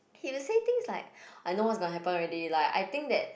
he just said things like I know what gonna happen already like I think that